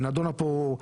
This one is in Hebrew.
היא נדונה פה,